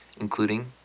including